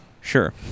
Sure